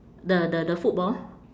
the the the football